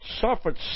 suffered